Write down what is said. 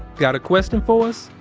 got a question for us?